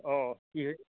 অঁ কি হে